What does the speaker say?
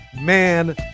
man